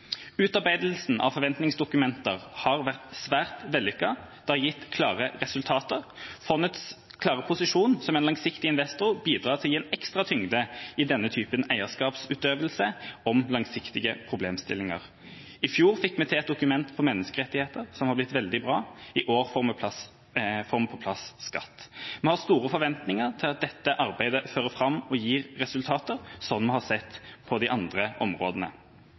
Utarbeidelsen av forventningsdokumenter har vært svært vellykket. Det har gitt klare resultater. Fondets klare posisjon som en langsiktig investor bidrar til å gi en ekstra tyngde i denne typen eierskapsutøvelse om langsiktige problemstillinger. I fjor fikk vi til et dokument om menneskerettigheter som har blitt veldig bra, i år får vi på plass skatt. Vi har store forventninger til at dette arbeidet fører fram og gir resultater, slik vi har sett på de andre områdene.